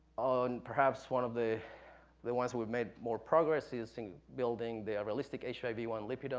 perhaps one of the the ones we've made more progress is in building the realistic h i v one, lipdom.